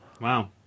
Wow